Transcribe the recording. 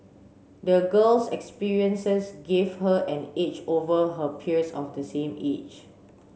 the girl's experiences gave her an edge over her peers of the same age